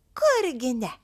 kurgi ne